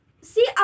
see